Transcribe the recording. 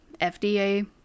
FDA